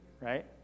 right